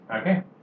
Okay